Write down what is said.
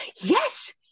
yes